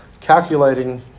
calculating